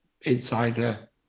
Insider